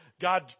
God